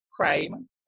crime